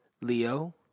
Leo